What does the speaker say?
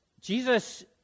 Jesus